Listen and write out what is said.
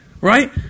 right